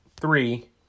three